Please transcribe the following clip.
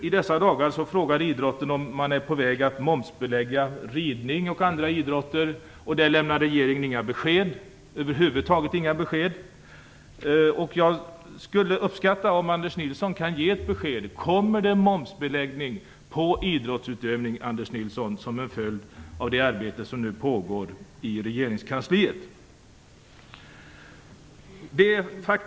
I dessa dagar frågar idrotten om regeringen är på väg att momsbelägga ridning och andra idrotter. Där lämnar regeringen över huvud taget inga besked. Jag skulle uppskatta om Anders Nilsson kunde ge ett besked: Kommer det en momsbeläggning på idrottsutövning som en följd av det arbete som nu pågår i regeringskansliet?